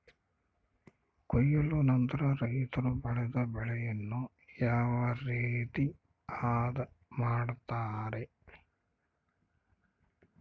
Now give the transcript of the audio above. ಕೊಯ್ಲು ನಂತರ ರೈತರು ಬೆಳೆದ ಬೆಳೆಯನ್ನು ಯಾವ ರೇತಿ ಆದ ಮಾಡ್ತಾರೆ?